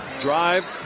Drive